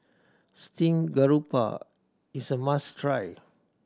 steame garoupa is a must try